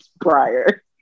prior